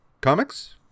comics